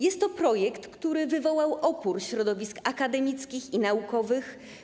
Jest to projekt, który wywołał opór środowisk akademickich i naukowych.